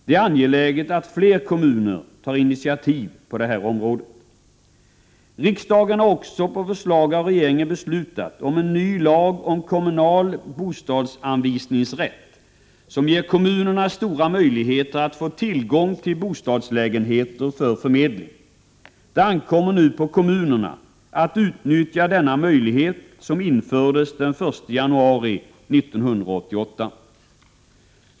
Det är angeläget att fler kommuner tar initiativ på detta område. Riksdagen har också på förslag av regeringen beslutat om en ny lag om kommunal bostadsanvisningsrätt som ger kommunerna stora möjligheter att få tillgång till bostadslägenheter för förmedling. Det ankommer nu på kommunerna att utnyttja denna möjlighet som infördes den 1 januari 1988.